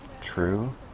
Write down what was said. true